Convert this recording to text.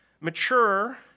mature